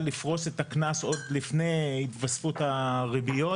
לפרוס את הקנס עוד לפני התווספות הריביות,